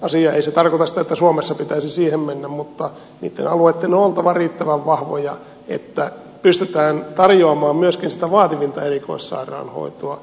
ei se tarkoita että suomessa pitäisi siihen mennä mutta niitten alueitten on oltava riittävän vahvoja että pystytään tarjoamaan myöskin sitä vaativinta erikoissairaanhoitoa